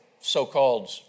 so-called